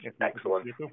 Excellent